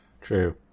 True